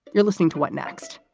you're listening to what next?